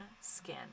skin